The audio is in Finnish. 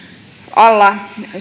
alla kertoa